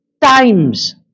times